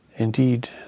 Indeed